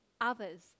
others